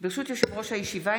ברשות יושב-ראש הישיבה,